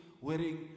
wearing